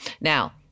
Now